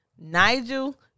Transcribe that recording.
Nigel